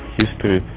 history